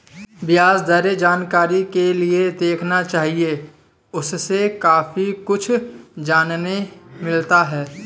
ब्याज दरें जानकारी के लिए देखना चाहिए, उससे काफी कुछ जानने मिलता है